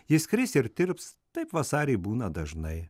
jis kris ir tirps taip vasarį būna dažnai